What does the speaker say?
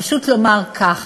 פשוט לומר כך: